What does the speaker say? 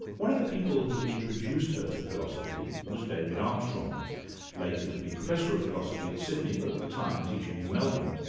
one of the people who introduced her to philosophy was david armstrong later to be professor of philosophy at sydney but at the time teaching in melbourne.